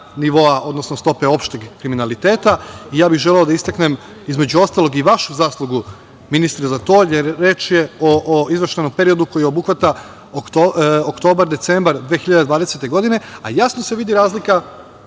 odnosno stope opšteg kriminaliteta i ja bih želeo da istaknem, između ostalog, i vašu zaslugu, ministre, za to, jer reč je o izveštajnom periodu koji obuhvata oktobar-decembar 2020. godine, a jasno se vidi razlika